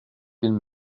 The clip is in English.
been